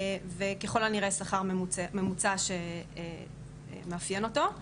וככל הנראה שכר ממוצע שמאפיין אותו.